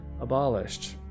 abolished